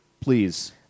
Please